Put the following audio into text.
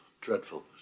dreadful